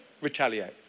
retaliate